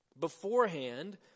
beforehand